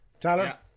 Tyler